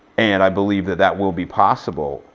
and i believe that that will be possible.